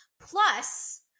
Plus